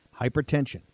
hypertension